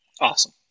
Awesome